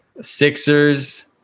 Sixers